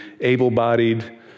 able-bodied